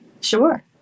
Sure